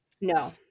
No